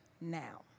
now